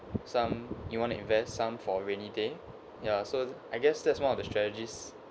some you want to invest some for rainy day ya so I guess that's one of the strategies